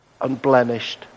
unblemished